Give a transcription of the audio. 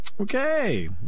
Okay